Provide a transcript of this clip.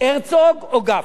הרצוג או גפני?